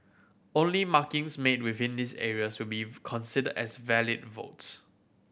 only markings made within these areas will be considered as valid votes